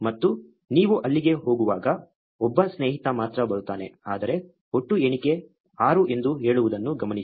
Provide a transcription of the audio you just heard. ಮತ್ತು ನೀವು ಅಲ್ಲಿಗೆ ಹೋಗುವಾಗ ಒಬ್ಬ ಸ್ನೇಹಿತ ಮಾತ್ರ ಬರುತ್ತಾನೆ ಆದರೆ ಒಟ್ಟು ಎಣಿಕೆ 6 ಎಂದು ಹೇಳುವುದನ್ನು ಗಮನಿಸಿ